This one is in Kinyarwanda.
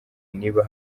niba